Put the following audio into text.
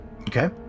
okay